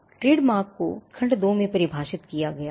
trademark को खंड 2 में परिभाषित किया गया है